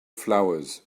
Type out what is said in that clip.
flowers